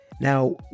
now